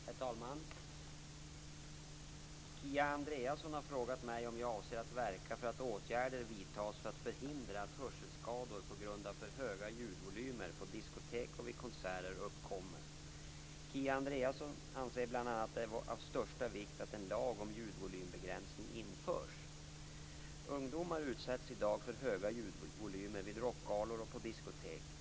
Herr talman! Kia Andreasson har frågat mig om jag avser att verka för att åtgärder vidtas för att förhindra att hörselskador på grund av för höga ljudvolymer på diskotek och vid konserter uppkommer. Kia Andreasson anser bl.a. att det är av största vikt att en lag om ljudvolymbegränsning införs. Ungdomar utsätts i dag för höga ljudvolymer vid rockgalor och på diskotek.